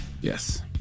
Yes